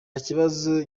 kibazo